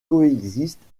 coexistent